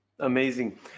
Amazing